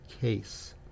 case